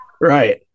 right